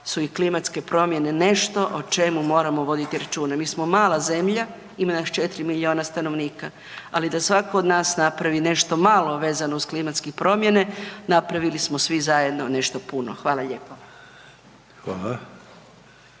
su i klimatske promjene nešto o čemu moramo voditi računa. Mi smo mala zemlja, ima nas 4 milijuna stanovnika. Ali da svatko od nas napravi nešto malo vezano uz klimatske promjene napravili smo svi zajedno nešto puno. Hvala lijepo.